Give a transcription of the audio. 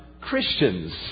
Christians